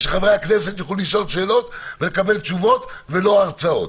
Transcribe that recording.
ושחברי הכנסת יוכלו לשאול שאלות ולקבל תשובות ולא הרצאות.